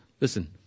Listen